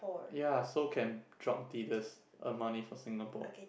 ya so can drug dealers earn money for Singapore